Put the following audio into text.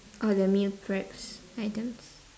all the meal preps items